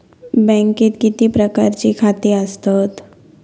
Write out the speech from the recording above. बँकेत किती प्रकारची खाती आसतात?